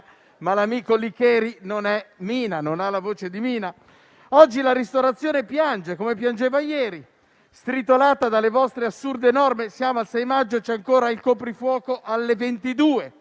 Ma l'amico Licheri non è Mina, non ha la sua voce. Oggi la ristorazione piange, come piangeva ieri, stritolata dalle vostre assurde norme: siamo al 6 maggio e c'è ancora il coprifuoco alle ore